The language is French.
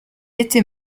était